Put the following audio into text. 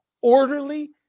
orderly